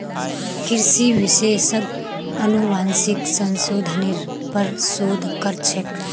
कृषि विशेषज्ञ अनुवांशिक संशोधनेर पर शोध कर छेक